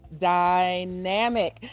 dynamic